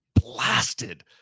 blasted